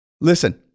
listen